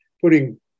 putting